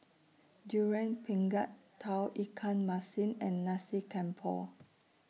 Durian Pengat Tauge Ikan Masin and Nasi Campur